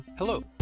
Hello